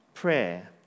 Prayer